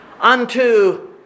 Unto